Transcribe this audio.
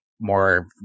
More